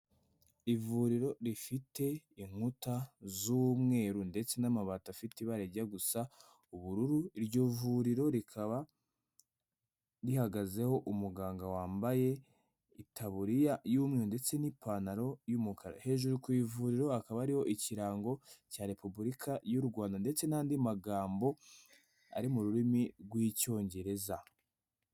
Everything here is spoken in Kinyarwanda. Ivuriro rifite inkuta z'umweru ndetse n'amabati afite ibara rijya gusa ubururu, iryo vuriro rikaba rihagazeho umuganga wambaye itaburiya y'umweru ndetse n'ipantaro y'umukara, hejuru ku ivuriro hakaba hariho ikirango cya Repubulika y'u Rwanda ndetse n'andi magambo ari mu rurimi rw'Icyongereza.